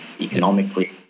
economically